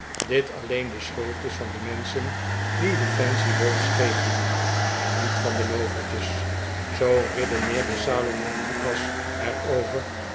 dit alleen de schuld is van de menschen die de fancy bals geven en niet van de loovertjes zoo redeneerde salomon lucas